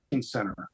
center